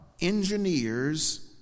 engineers